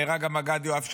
נהרג המג"ד יואב שחם,